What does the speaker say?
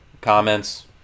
comments